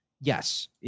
yes